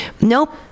nope